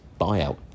buyout